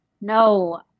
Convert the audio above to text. No